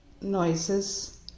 noises